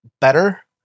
better